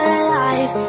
alive